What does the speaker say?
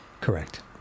Correct